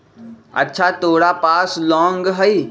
अच्छा तोरा पास लौंग हई?